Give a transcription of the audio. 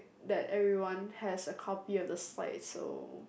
that everyone has a copy of the slide so